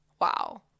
Wow